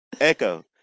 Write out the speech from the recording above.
Echo